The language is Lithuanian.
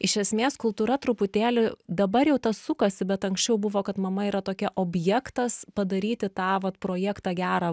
iš esmės kultūra truputėlį dabar jau ta sukasi bet anksčiau buvo kad mama yra tokia objektas padaryti tą vat projektą gerą